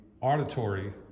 auditory